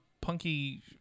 Punky